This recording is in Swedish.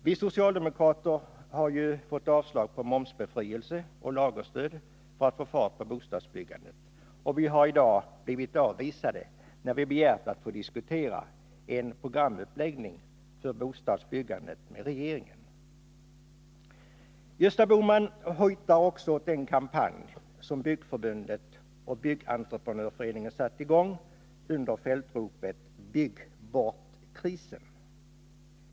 Vi socialdemokrater har ju fått avslag på förslaget om momsbefrielse och om lagerstöd för att få fart på bostadsbyggandet, och vi har i dag blivit avvisade när vi begärt att få diskutera en programuppläggning för bostadsbyggandet med regeringen. Gösta Bohman hojtar också åt den kampanj som Byggförbundet och Byggentreprenörföreningen satt i gång under fältropet Bygg bort krisen.